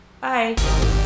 Bye